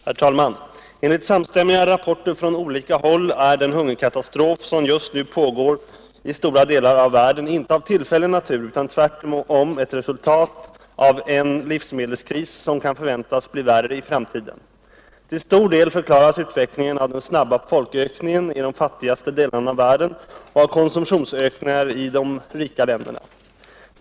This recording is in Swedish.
Herr talman! Enligt samstämmiga rapporter från olika håll är den hungerkatastrof som just nu plågar stora delar av världen inte av tillfällig natur utan tvärtom ett resultat av en livsmedelskris som kan förväntas bli än värre i framtiden. Till stor del förklaras utvecklingen av den snabba folkökningen i de fattigaste delarna av världen och av konsumtionsökningar i de rika länderna.